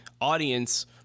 audience